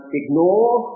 ignore